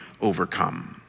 overcome